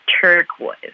turquoise